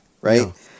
right